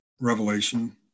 revelation